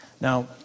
Now